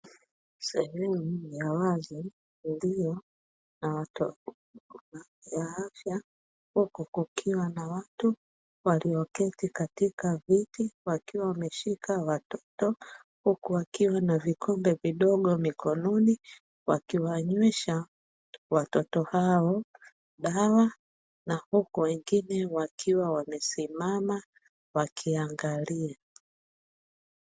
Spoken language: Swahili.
Sehemu ya wazi iliyo na watoa huduma ya afya huku kukiwa na watu walioketi katika viti wakiwa wameshika watoto, huku wakiwa na vikombe vidogo mikononi wakiwanywesha watoto hao dawa, na huku wengine wakiwa wamesimama wakiangalia.